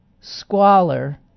Squalor